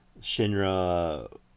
Shinra